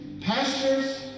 pastors